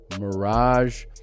Mirage